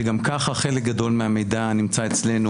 שגם ככה חלק גדול מהמידע נמצא אצלנו,